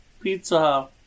pizza